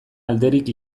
alderik